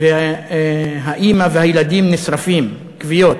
והאימא והילדים נשרפים ויש כוויות,